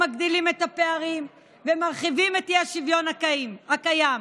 מגדילים את הפערים ומרחיבים את האי-שוויון הקיים.